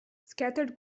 scattered